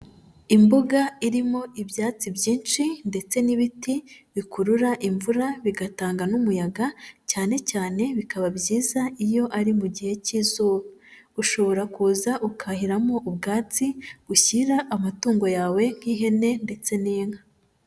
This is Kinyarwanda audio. Imbuga irimo ibyatsi byinshi, ndetse n'ibiti, bikurura imvura bigatanga n'umuyaga, cyane cyane bikaba byiza iyo ari mu gihe cy'izuba. Ushobora kuza ukahiramo ubwatsi ushyira amatungo yawe, nk'ihene, ndetse n'inka.